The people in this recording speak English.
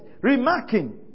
remarking